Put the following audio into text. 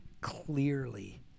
clearly